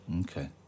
Okay